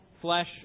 flesh